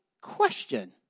question